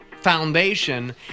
foundation